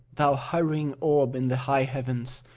thou hurrying orb in the high heavens,